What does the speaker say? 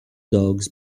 dogs